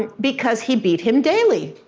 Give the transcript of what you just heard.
and because he beat him daily.